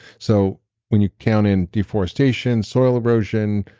so when you count in deforestation, soil erosion,